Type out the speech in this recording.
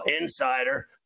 insider